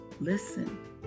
Listen